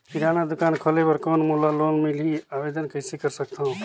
किराना दुकान खोले बर कौन मोला लोन मिलही? आवेदन कइसे कर सकथव?